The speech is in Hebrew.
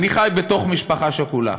אני חי בתוך משפחה שכולה.